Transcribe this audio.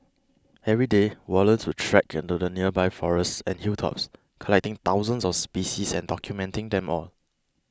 every day Wallace would trek into the nearby forests and hilltops collecting thousands of species and documenting them all